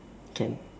can